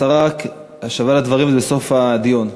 השרה, השבה לדברים בסוף הדיון.